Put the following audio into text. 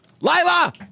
Lila